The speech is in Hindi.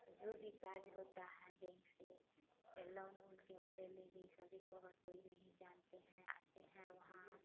जो भी काम होता है बैंक से यह लोन ओन के बारे में भी सभी को और कोई नहीं जानते हैं आते हैं वहाँ